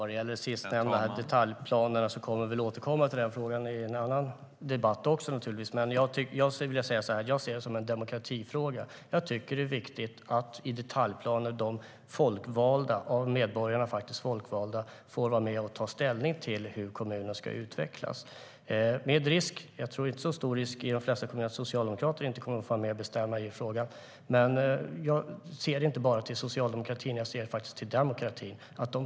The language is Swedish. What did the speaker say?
Herr talman! Vi kommer att återkomma till den sistnämnda frågan om detaljplanerna i en annan debatt, men jag ser detta som en demokratifråga. Jag tycker att det är viktigt att de av medborgarna valda - de folkvalda - får vara med och ta ställning till hur kommunernas detaljplaner ska utvecklas. Jag tror inte att det är så stor risk i de flesta kommuner att Socialdemokraterna inte kommer att få vara med och bestämma i frågan. Men jag ser inte bara till socialdemokratin, utan jag ser faktiskt till demokratin.